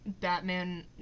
Batman